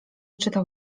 czytał